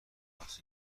احداث